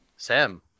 Sam